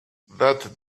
that